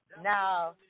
Now